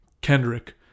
Kendrick